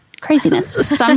Craziness